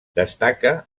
destaca